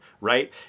right